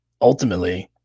ultimately